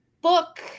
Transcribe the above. book